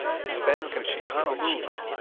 hispanic and chicano movement